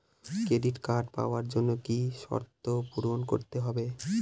Credit card পাওয়ার জন্য কি কি শর্ত পূরণ করতে হবে?